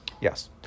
Yes